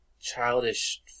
childish